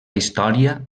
història